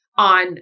on